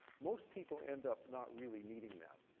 most people end up not really needing that.